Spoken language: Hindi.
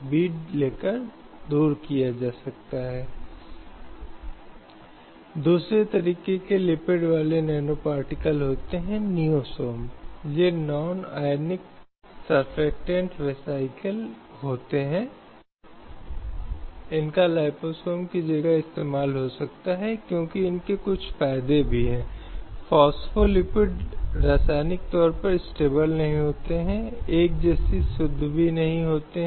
निजता के मामले में भी सभी को निजता का अधिकार है इस तरह की गोपनीयता का स्पष्ट रूप से भारतीय संविधान में उल्लेख नहीं किया गया है लेकिन इसे अनुच्छेद 21 में पढ़ा जा सकता है कि सभी की गोपनीयता है और ऐसी गोपनीयता का राज्य द्वारा सम्मान किया जाना चाहिए और किसी व्यक्ति की ऐसी गोपनीयता के खिलाफ राज्य द्वारा कोई अनुचित या मनमाना हस्तक्षेप नहीं किया जा सकता है